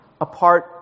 apart